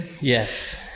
yes